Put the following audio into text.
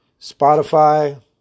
Spotify